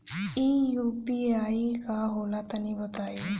इ यू.पी.आई का होला तनि बताईं?